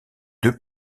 deux